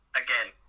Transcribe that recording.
again